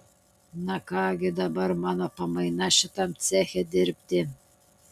na ką gi dabar mano pamaina šitam ceche dirbti